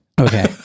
okay